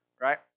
right